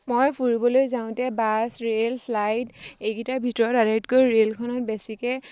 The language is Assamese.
মই ফুৰিবলৈ যাওঁতে বাছ ৰে'ল ফ্লাইট এইকেইটাৰ ভিতৰত আটাইতকৈ ৰে'লখনত বেছিকৈ